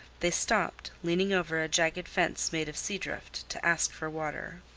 they stopped, leaning over a jagged fence made of sea-drift, to ask for water.